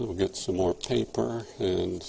will get some more paper and